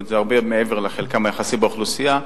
זאת אומרת, זה הרבה מעבר לחלקן היחסי באוכלוסייה.